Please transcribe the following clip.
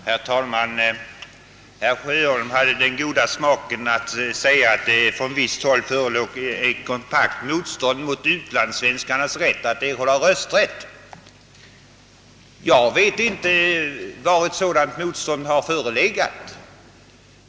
Herr talman! Herr Sjöholm hade den goda smaken att påstå att det från visst håll förelåg ett kompakt motstånd mot att ge utlandssvenskarna rösträtt. Jag vet inte var ett sådant motstånd har förekommit.